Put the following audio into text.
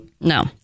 No